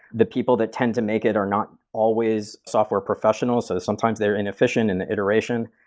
the people that tend to make it are not always software professionals, so sometimes they're inefficient in the iteration.